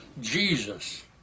Jesus